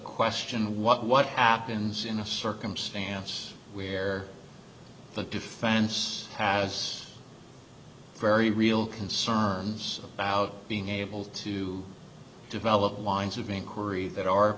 question what what happens in a circumstance where the defense has very real concerns about being able to develop lines of